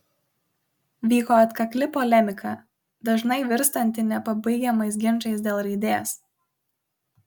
vyko atkakli polemika dažnai virstanti nepabaigiamais ginčais dėl raidės